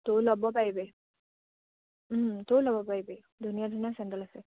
তইও ল'ব পাৰিবি তইও ল'ব পাৰিবি ধুনীয়া ধুনীয়া চেণ্ডেল আছে